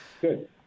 Good